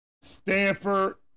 Stanford